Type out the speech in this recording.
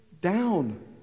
down